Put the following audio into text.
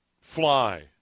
fly